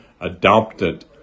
adopted